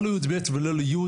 לא ליב' ולא לי',